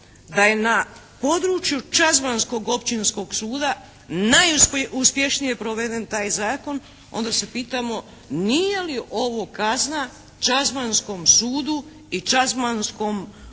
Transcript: da je na području čazmanskog Općinskog suda najuspješnije proveden taj Zakon onda se pitamo nije li ovo kazna čazmanskom sudu i čazmanskom